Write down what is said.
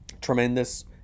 Tremendous